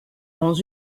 dans